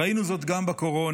ראינו זאת גם בקורונה.